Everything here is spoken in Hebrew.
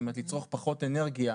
זאת אומרת לצרוך פחות אנרגיה,